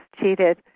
cheated